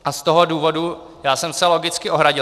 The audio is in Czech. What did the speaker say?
Z toho důvodu já jsem se logicky ohradil.